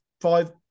five